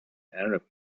arab